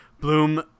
Bloom